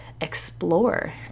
explore